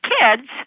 kids